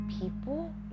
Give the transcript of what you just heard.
people